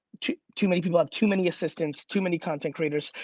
too too many people have too many assistants, too many content creators,